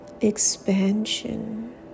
expansion